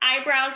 eyebrows